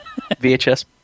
VHS